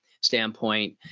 standpoint